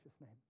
name